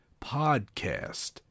podcast